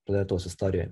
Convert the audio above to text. planetos istorijoj